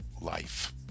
life